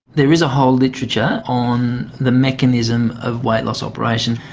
there is a whole literature on the mechanism of weight loss operations.